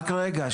רק רגע.